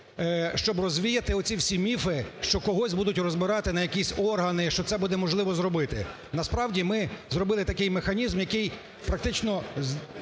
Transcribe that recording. щоб розвіяти оці всі міфи, що когось будуть розбирати на якісь органи, що це буде можливо зробити. Насправді ми зробили такий механізм, який практично